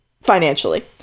financially